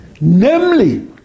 namely